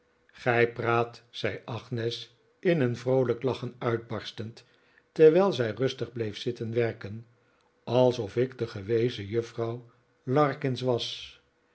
gij praat zei agnes in een vroolijk lachen uitbarstend terwijl zij rustig bleef zitten werken alsof ik de gewezen juffrouw larkins was